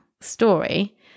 story